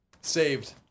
Saved